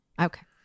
Okay